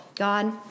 God